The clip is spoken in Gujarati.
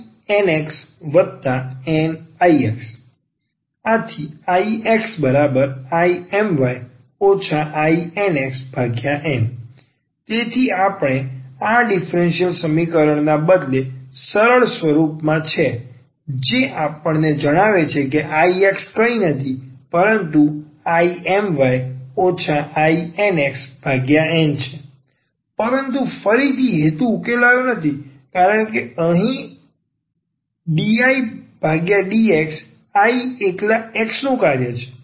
તેથી IMyINxNIx IxIMy INxN તેથી આપણને આ આપેલ ડીફરન્સીયલ સમીકરણ ના બદલે સરળ સ્વરૂપમાં છે જે જણાવે છે કે Ixકંઈ નથી પરંતુ IMy INxN છે પરંતુ ફરીથી હેતુ ઉકેલાયો નથી કારણ કે આ અહીં dIdx I એકલા x નું કાર્ય છે